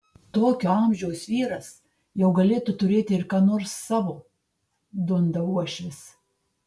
tokio amžiaus vyras jau galėtų turėti ir ką nors savo dunda uošvis